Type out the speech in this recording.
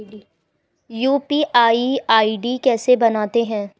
UPI ID कैसे बनाते हैं?